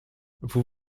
vous